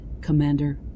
Commander